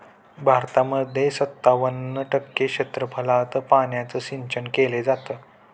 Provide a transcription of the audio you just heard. भारतामध्ये सत्तावन्न टक्के क्षेत्रफळात पाण्याचं सिंचन केले जात